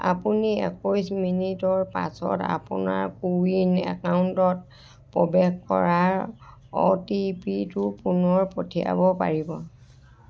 আপুনি একৈছ মিনিটৰ পাছত আপোনাৰ কো ৱিন একাউণ্টত প্ৰৱেশ কৰাৰ অ' টি পিটো পুনৰ পঠিয়াব পাৰিব